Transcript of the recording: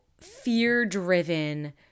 fear-driven